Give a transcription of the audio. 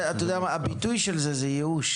אתה יודע מה, הביטוי של זה זה ייאוש.